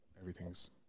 everything's